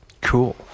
Cool